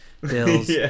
bills